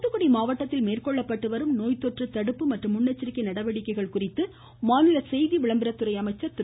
தூத்துக்குடி மாவட்டத்தில் மேற்கொள்ளப்பட்டு வரும் நோய் தொற்று தடுப்பு மற்றும் முன்னெச்சரிக்கை நடவடிக்கைகள் குறித்து மாநில செய்தி விளம்பரத்துறை அமைச்சர் திரு